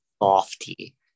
softy